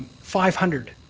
five hundred